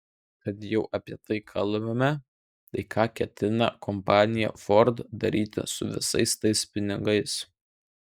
kad jau apie tai kalbame tai ką ketina kompanija ford daryti su visais tais pinigais